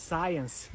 Science